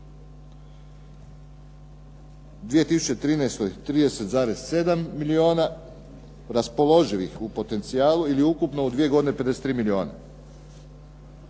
2013. 30,7 milijuna raspoloživih u potencijalu ili ukupno u dvije godine 53 milijuna.